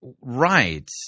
Right